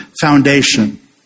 foundation